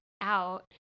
out